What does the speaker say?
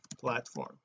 platform